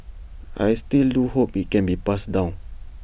I still do hope IT can be passed down